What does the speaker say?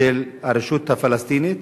של הרשות הפלסטינית,